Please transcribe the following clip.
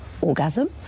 orgasm